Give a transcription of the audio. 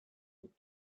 would